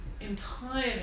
entirely